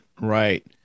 Right